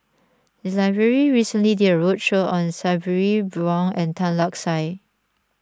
the library recently did a roadshow on Sabri Buang and Tan Lark Sye